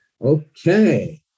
okay